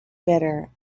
better